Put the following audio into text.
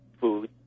food